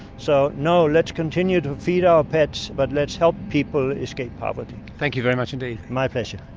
so no, let's continue to feed our pets but let's help people escape poverty. thank you very much indeed. my pleasure.